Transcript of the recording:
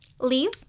leave